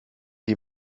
die